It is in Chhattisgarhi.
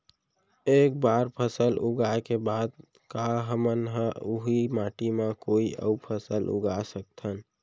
एक बार फसल उगाए के बाद का हमन ह, उही माटी मा कोई अऊ फसल उगा सकथन?